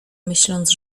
myśląc